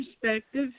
perspective